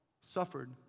suffered